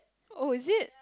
oh is it